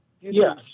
Yes